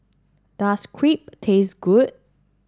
does Crepe taste good